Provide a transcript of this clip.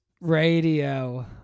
Radio